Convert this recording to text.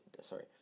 sorry